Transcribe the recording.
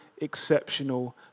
exceptional